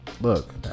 look